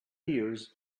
ears